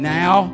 now